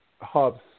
hubs